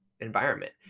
environment